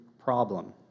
problem